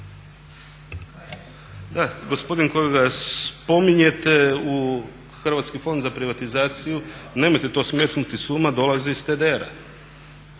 Da gospodin kojega spominjete u Hrvatski fond za privatizaciju, nemojte to smetnuti sa uma, dolazi iz TDR-a